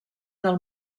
del